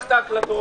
את ההקלטות,